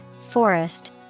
forest